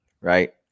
right